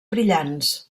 brillants